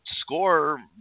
score